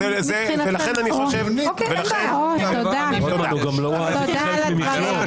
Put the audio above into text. ולכן אני חושב --- הוא גם לא ראה את זה כחלק ממכלול.